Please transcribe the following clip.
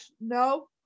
no